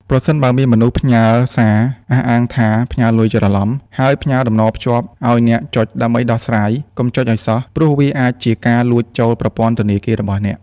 ប្រសិនបើមានមនុស្សផ្ញើសារអះអាងថាផ្ញើលុយច្រឡំ ហើយផ្ញើតំណភ្ជាប់ឱ្យអ្នកចុចដើម្បីដោះស្រាយ កុំចុចឱ្យសោះ ព្រោះវាអាចជាការលួចចូលប្រព័ន្ធធនាគាររបស់អ្នក។